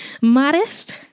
Modest